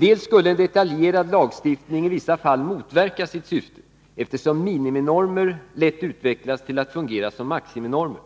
Dels skulle en detaljerad lagstiftning i vissa fall motverka sitt syfte, eftersom miniminormer lätt utvecklas till att fungera som maximinormer,